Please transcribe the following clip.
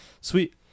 Sweet